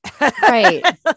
Right